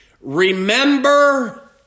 Remember